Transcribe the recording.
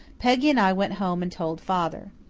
peggy and i went home and told father.